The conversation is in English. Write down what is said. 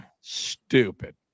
Stupid